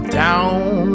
down